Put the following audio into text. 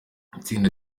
itsinda